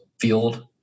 field